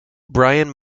bryan